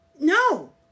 No